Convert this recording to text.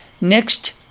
Next